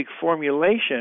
formulation